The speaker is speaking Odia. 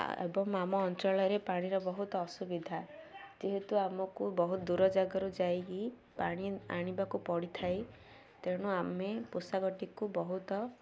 ଏବଂ ଆମ ଅଞ୍ଚଳରେ ପାଣିର ବହୁତ ଅସୁବିଧା ଯେହେତୁ ଆମକୁ ବହୁତ ଦୂର ଜାଗାରୁ ଯାଇକି ପାଣି ଆଣିବାକୁ ପଡ଼ିଥାଏ ତେଣୁ ଆମେ ପୋଷାକଟିକୁ ବହୁତ